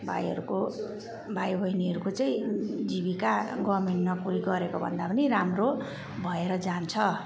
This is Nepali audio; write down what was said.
भाइहरूको भाइबहिनीहरूको चाहिँ जीविका गभर्मेन्ट नोकरी गरेकोभन्दा पनि राम्रो भएर जान्छ